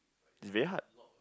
is very hard